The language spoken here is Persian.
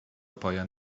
پایان